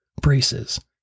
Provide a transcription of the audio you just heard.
braces